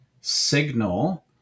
signal